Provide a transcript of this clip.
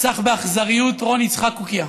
נרצח באכזריות רון יצחק קוקיא.